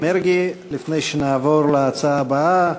לפני שנעבור להצעה הבאה,